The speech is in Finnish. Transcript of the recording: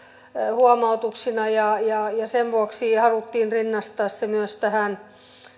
huomautuksina ja ja sen vuoksi haluttiin rinnastaa se myös tähän